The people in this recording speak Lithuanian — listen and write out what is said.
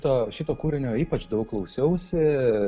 to šito kūrinio ypač daug klausiausi